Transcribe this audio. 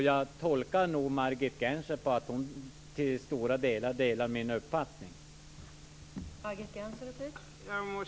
Jag tolkar Margit Gennser så att hon nog delar min uppfattning i stora delar.